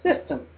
system